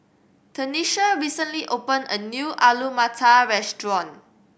Tenisha recently opened a new Alu Matar Restaurant